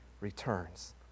returns